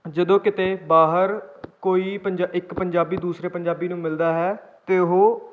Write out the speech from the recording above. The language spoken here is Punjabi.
ਜਦੋਂ ਕਿਤੇ ਬਾਹਰ ਕੋਈ ਪੰਜਾ ਇੱਕ ਪੰਜਾਬੀ ਦੂਸਰੇ ਪੰਜਾਬੀ ਨੂੰ ਮਿਲਦਾ ਹੈ ਤਾਂ ਉਹ